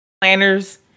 planners